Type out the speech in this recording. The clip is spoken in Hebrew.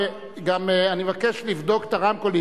גם אני מבקש לבדוק את הרמקולים.